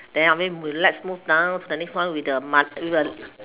then after that we let's move down to the next one with a mud~ with a